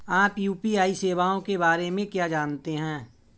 आप यू.पी.आई सेवाओं के बारे में क्या जानते हैं?